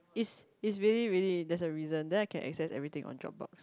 is is really really that's a reason then I can access everything on Dropbox